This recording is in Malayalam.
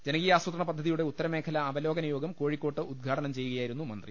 ജനകീ യാസൂത്രണ പദ്ധതിയുടെ ഉത്തരമേഖലാ അവലോക നയോഗം കോഴിക്കോട് ഉദ്ഘാടനം ചെയ്യുകയായിരുന്നു മന്ത്രി